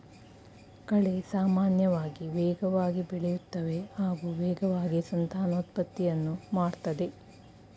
ಕಳೆ ಸಾಮಾನ್ಯವಾಗಿ ವೇಗವಾಗಿ ಬೆಳೆಯುತ್ತವೆ ಹಾಗೂ ವೇಗವಾಗಿ ಸಂತಾನೋತ್ಪತ್ತಿಯನ್ನು ಮಾಡ್ತದೆ